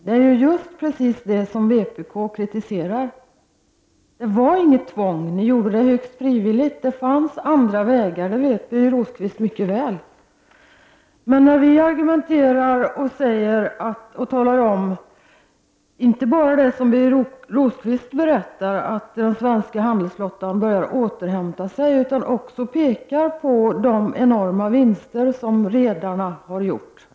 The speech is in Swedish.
Det är just detta som vpk kritiserar. Det var inget tvång. Ni fattade beslutet högst frivilligt. Det fanns andra vägar, och det vet Birger Rosqvist mycket väl. Birger Rosqvist talar om att den svenska handelsflottan börjar återhämta sig. Vi pekar även på de enorma vinster som redare har gjort.